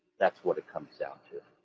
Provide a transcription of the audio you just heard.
that's what it comes down to.